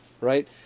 right